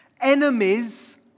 Enemies